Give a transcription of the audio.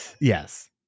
Yes